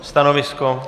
Stanovisko?